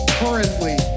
currently